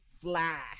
fly